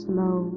Slow